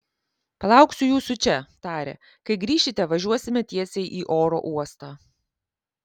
palauksiu jūsų čia tarė kai grįšite važiuosime tiesiai į oro uostą